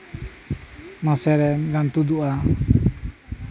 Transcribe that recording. ᱢᱟᱥᱮᱨᱮ ᱛᱩᱫᱩᱜᱼᱟ